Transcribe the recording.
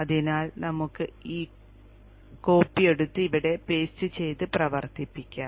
അതിനാൽ നമുക്ക് ഈ കോപ്പി എടുത്ത് ഇവിടെ പേസ്റ്റ് ചെയ്തു പ്രവർത്തിപ്പിക്കാം